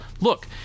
look